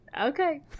Okay